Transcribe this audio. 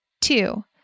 Two